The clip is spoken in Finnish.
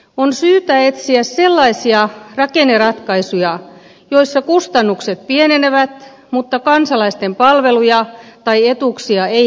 on syytä etsiä sellaisia rakenneratkaisuja joissa kustannukset pienenevät mutta kansalaisten palveluja tai etuuksia ei heikennetä